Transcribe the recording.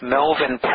Melvin